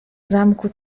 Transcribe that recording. zamku